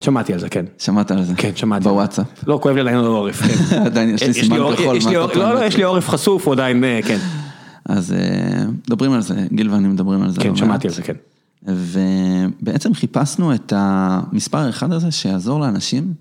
שמעתי על זה כן, שמעת על זה, בוואטסאפ, לא כואב לי עדיין על העורף, עדיין יש לי סימן כחול מה, לא לא יש לי עורף חשוף הוא עדיין, כן. אז מדברים על זה גיל ואני מדברים על זה הרבה, כן שמעתי על זה כן. ובעצם חיפשנו את המספר האחד הזה שיעזור לאנשים.